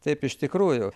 taip iš tikrųjų